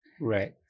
Right